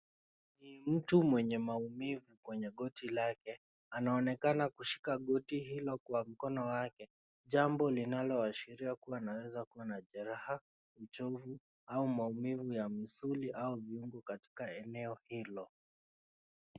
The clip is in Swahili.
Ni mtu mwenye maumivu kwenye goti lake, anaonekana kushika goti hilo kwa mkono wake jambo linaloashiria kua anaweza kua na jeraha uchovu au maumivu ya misuli au viungo katika eneo hilo.